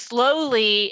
Slowly